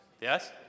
Yes